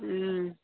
ம்